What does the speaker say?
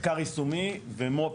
מחקר יישומי ומו"פ